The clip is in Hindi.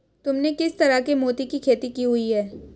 तुमने किस तरह के मोती की खेती की हुई है?